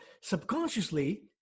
subconsciously